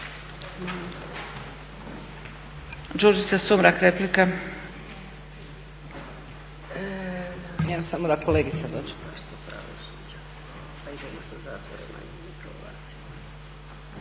Đurđica Sumrak, replika.